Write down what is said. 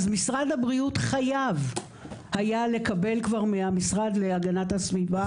אז משרד הבריאות חייב היה לקבל כבר מהמשרד להגנת הסביבה.